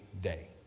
day